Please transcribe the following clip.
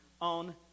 on